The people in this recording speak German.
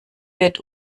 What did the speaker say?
wird